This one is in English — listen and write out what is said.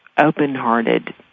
open-hearted